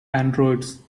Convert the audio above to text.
androids